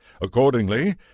Accordingly